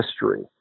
history